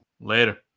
Later